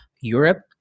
Europe